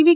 V